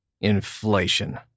Inflation